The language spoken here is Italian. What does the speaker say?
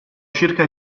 circa